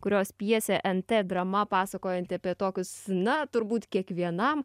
kurios pjesė nt drama pasakojanti apie tokius na turbūt kiekvienam